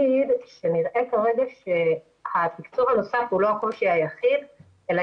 נראה כרגע שהתקצוב הנוסף הוא לא הקושי היחיד אלא